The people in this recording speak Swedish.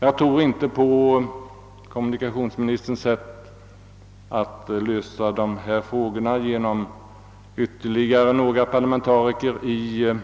Jag tror inte på kommunikationsministerns sätt att lösa dessa frågor genom att tillsätta ytterligare några parlamentariker i